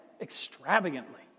extravagantly